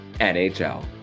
NHL